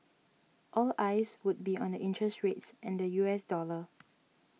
all eyes would be on interest rates and the U S dollar